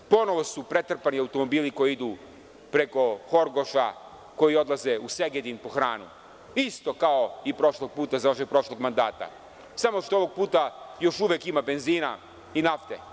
Ponovo su pretrpani automobili koji idu preko Horgoša koji odlaze u Segedin po hranu, isto kao i prošlog puta za vašeg prošlog mandata, samo što ovog puta još uvek ima benzina i nafte.